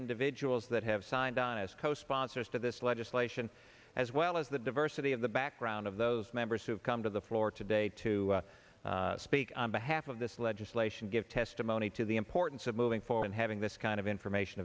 individuals that have signed on as co sponsors to this legislation as well as the diversity of the background of those members who come to the floor today to speak on behalf of this legislation give testimony to the importance of moving forward having this kind of information